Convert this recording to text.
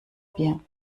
bier